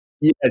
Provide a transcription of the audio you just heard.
Yes